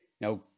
Now